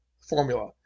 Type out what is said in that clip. formula